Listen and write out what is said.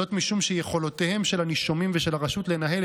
משום שיכולותיהם של הנישומים ושל הרשות לנהל